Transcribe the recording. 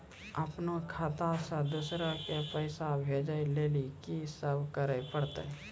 अपनो खाता से दूसरा के पैसा भेजै लेली की सब करे परतै?